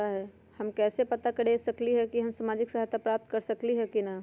हम कैसे पता कर सकली ह की हम सामाजिक सहायता प्राप्त कर सकली ह की न?